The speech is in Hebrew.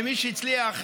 שמי שהצליח,